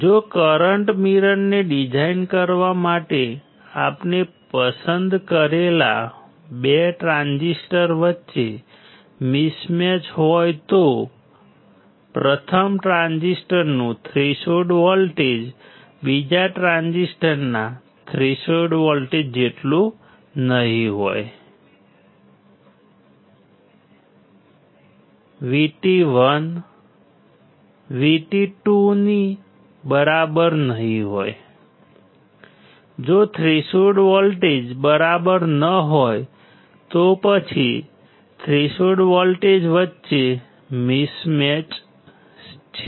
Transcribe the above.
જો કરંટ મિરરને ડિઝાઇન કરવા માટે આપણે પસંદ કરેલા 2 ટ્રાન્ઝિસ્ટર વચ્ચે મિસમેચ હોય તો પ્રથમ ટ્રાન્ઝિસ્ટરનું થ્રેશોલ્ડ વોલ્ટેજ બીજા ટ્રાન્ઝિસ્ટરના થ્રેશોલ્ડ વોલ્ટેજ જેટલું નહીં હોય VT1 VT2 ની બરાબર નહીં હોય જો થ્રેશોલ્ડ વોલ્ટેજ બરાબર ન હોય તો પછી થ્રેશોલ્ડ વોલ્ટેજ વચ્ચે મિસમેચ છે